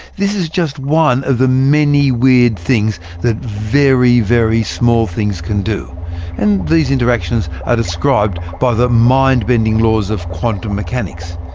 this is just one of the many weird things that very, very small things do and these interactions are described by the mind-bending laws of quantum mechanics.